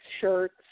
shirts